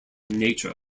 nature